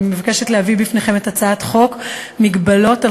חוק ומשפט אני מבקשת להביא בפניכם את הצעת חוק מגבלות על